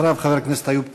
אחריו, חבר הכנסת איוב קרא.